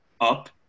up